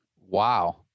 Wow